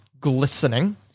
glistening